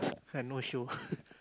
ah no show